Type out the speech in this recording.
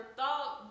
thought